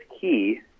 key